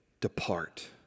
depart